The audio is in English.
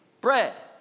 bread